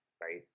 right